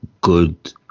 good